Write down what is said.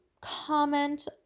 comment